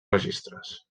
registres